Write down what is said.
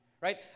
Right